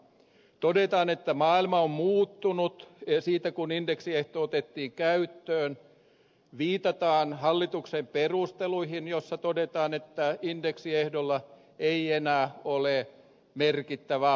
todetaan että maailma on muuttunut siitä kun indeksiehto otettiin käyttöön viitataan hallituksen perusteluihin joissa todetaan että indeksiehdolla ei enää ole merkittävää vaikutusta